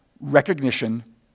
Recognition